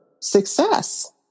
success